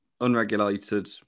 unregulated